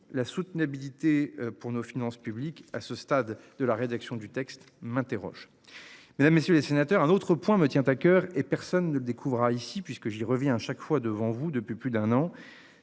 la soutenabilité pour nos finances publiques. À ce stade de la rédaction du texte m'interroge. Mesdames, messieurs les sénateurs. Un autre point me tient à coeur et personne ne découvre à ici puisque j'y reviens à chaque fois devant vous depuis plus d'un an.